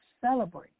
celebrate